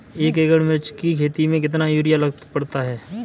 एक एकड़ मिर्च की खेती में कितना यूरिया पड़ता है?